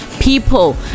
people